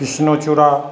কৃষ্ণচূড়া